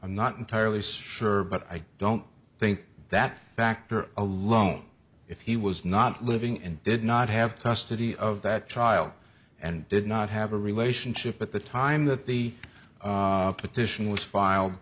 i'm not entirely sure but i don't think that factor alone if he was not living and did not have custody of that child and did not have a relationship at the time that the petition was file